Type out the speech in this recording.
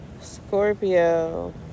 Scorpio